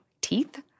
teeth